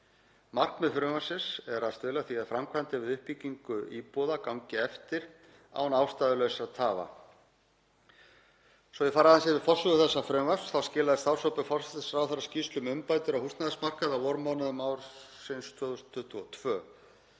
Markmið frumvarpsins er að stuðla að því að framkvæmdir við uppbyggingu íbúða gangi eftir án ástæðulausra tafa. Svo að ég fari aðeins yfir forsögu þessa frumvarps þá skilaði starfshópur forsætisráðherra skýrslu um umbætur á húsnæðismarkaði á vormánuðum ársins 2022.